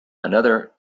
another